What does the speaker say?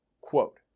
Quote